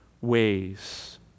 ways